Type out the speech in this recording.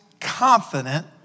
confident